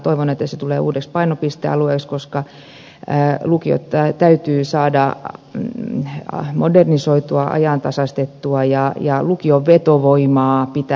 toivon että se tulee uudeksi painopistealueeksi koska lukiot täytyy saada modernisoitua ajantasaistettua ja lukion vetovoimaa pitää kasvattaa